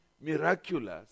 miraculous